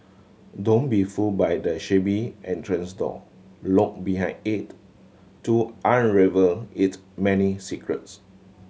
don't be fooled by the shabby entrance door look behind it to unravel its many secrets